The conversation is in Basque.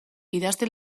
idazte